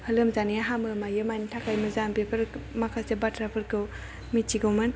लोमजानाया हामो मायो माने थाखाय मोजां बेफोर माखासे बाथ्राफोरखौ मिथिगौमोन